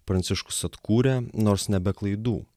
pranciškus atkūrė nors ne be klaidų